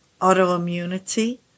autoimmunity